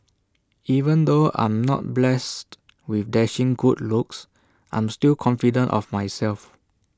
even though I'm not blessed with dashing good looks I am still confident of myself